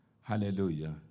Hallelujah